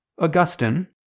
Augustine